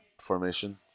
formation